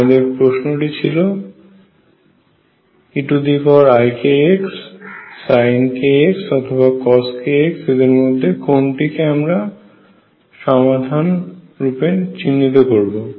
আমাদের প্রশ্নটি ছিল eikx sin kx অথবা cos kx এদের মধ্যে কোনটিকে আমরা সমাধান রূপে চিহ্নিত করবো